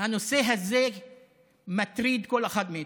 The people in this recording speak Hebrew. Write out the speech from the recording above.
הנושא הזה מטריד כל אחד מאיתנו.